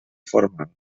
formal